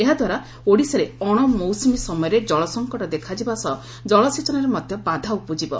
ଏହା ଦ୍ୱାରା ଓଡ଼ିଶାରେ ଅଶ ମୌସ୍ବମୀ ସମୟରେ ଜଳସଂକଟ ଦେଖାଯିବା ସହ ଜଳସେଚନରେ ମଧ୍ୟ ବାଧା ଉପୁଜିବ